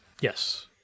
Yes